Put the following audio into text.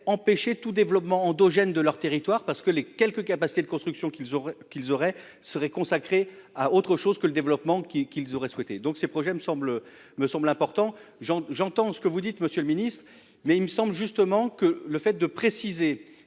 empêcher tout développement endogène de leur territoire parce que les quelques cas passer de construction qu'ils ont, qu'ils auraient serait consacrée à autre chose que le développement qu'ils qu'ils auraient souhaité donc ces problèmes semblent me semble important. Jean j'entends ce que vous dites, Monsieur le Ministre. Mais il me semble justement que le fait de préciser